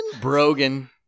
brogan